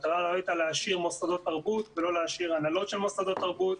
המטרה לא הייתה להשאיר מוסדות תרבות ולא להשאיר הנהלות של מוסדות תרבות.